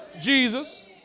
Jesus